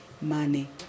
money